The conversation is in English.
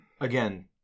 Again